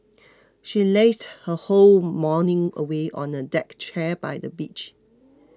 she lazed her whole morning away on a deck chair by the beach